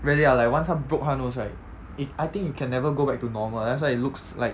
really ah like once 他 broke 他的 nose right it I think it can never go back to normal that's why it looks like